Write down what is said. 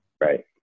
right